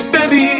Baby